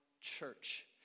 church